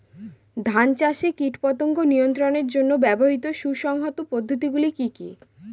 ধান চাষে কীটপতঙ্গ নিয়ন্ত্রণের জন্য ব্যবহৃত সুসংহত পদ্ধতিগুলি কি কি?